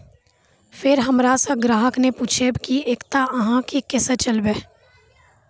फिर हमारा से ग्राहक ने पुछेब की एकता अहाँ के केसे चलबै?